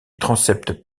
transept